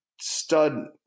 stud